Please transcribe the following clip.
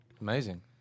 Amazing